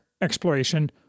exploration